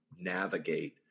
navigate